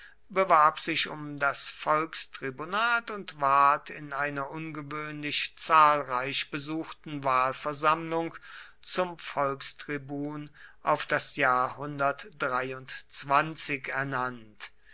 bewarb sich um das volkstribunat und ward in einer ungewöhnlich zahlreich besuchten wahlversammlung zum volkstribun auf das jahr ernannt